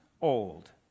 old